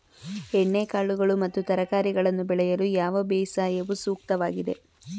ಎಣ್ಣೆಕಾಳುಗಳು ಮತ್ತು ತರಕಾರಿಗಳನ್ನು ಬೆಳೆಯಲು ಯಾವ ಬೇಸಾಯವು ಸೂಕ್ತವಾಗಿದೆ?